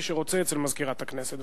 מי שרוצה, אצל מזכירת הכנסת.